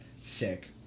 Sick